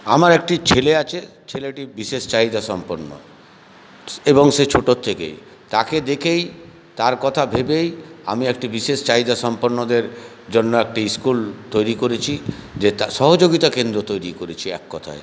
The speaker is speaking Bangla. আমার একটি ছেলে আছে ছেলেটি বিশেষ চাহিদা সম্পন্ন এবং সে ছোটো থেকেই তাকে দেখেই তার কথা ভেবেই আমি একটি বিশেষ চাহিদা সম্পন্নদের জন্য একটি স্কুল তৈরি করেছি যেটা সহযোগিতা কেন্দ্র তৈরি করেছি এক কথায়